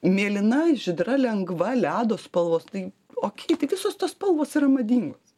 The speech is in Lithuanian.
mėlyna žydra lengva ledo spalvos tai okei tai visos tos spalvos yra madingos